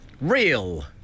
Real